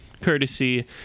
courtesy